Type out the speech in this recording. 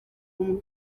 umwe